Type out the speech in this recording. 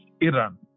Iran